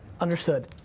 Understood